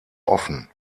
offen